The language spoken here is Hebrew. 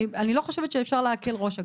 אני לא חושבת שאפשר להקל ראש,